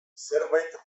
zerbait